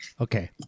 Okay